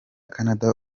canada